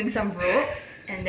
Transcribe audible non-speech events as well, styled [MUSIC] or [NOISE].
[LAUGHS]